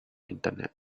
internet